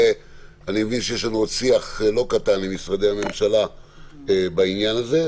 ואני מבין שיש לנו עוד שיח לא קטן עם משרדי הממשלה בעניין הזה,